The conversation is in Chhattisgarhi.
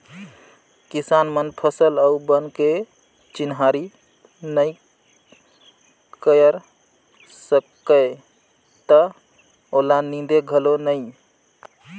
किसान मन फसल अउ बन के चिन्हारी नई कयर सकय त ओला नींदे घलो नई